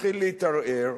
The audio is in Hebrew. מתחיל להתערער,